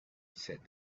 said